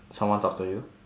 someone talk to you